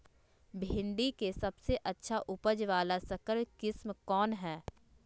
भिंडी के सबसे अच्छा उपज वाला संकर किस्म कौन है?